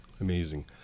Amazing